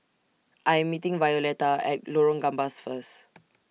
I'm meeting Violetta At Lorong Gambas First